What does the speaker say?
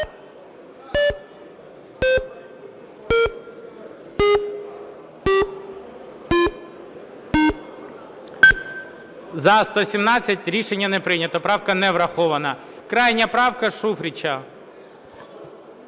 За-117 Рішення не прийнято. Правка не врахована. Крайня правка Шуфрича.